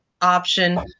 option